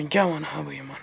وَنہِ کیٛاہ وَنہا بہٕ یِمن